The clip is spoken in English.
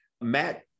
Matt